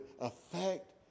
affect